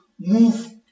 move